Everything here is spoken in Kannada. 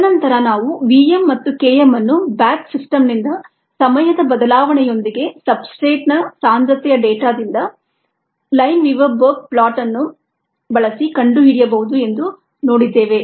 ತದನಂತರ ನಾವು v m ಮತ್ತು K m ಅನ್ನು ಬ್ಯಾಚ್ ಸಿಸ್ಟಮ್ ನಿಂದ ಸಮಯದ ಬದಲಾವಣೆಯೊಂದಿಗೆ ಸಬ್ಸ್ಟ್ರೇಟ್ನ ಸಾಂದ್ರತೆಯ ಡೇಟಾದಿಂದ ಲೈನ್ವೀವರ್ ಬರ್ಕ್ ಪ್ಲಾಟ್ ಅನ್ನು ಬಳಸಿ ಕಂಡುಹಿಡಿಯಬಹುದು ಎಂದು ನೋಡಿದ್ದೇವೆ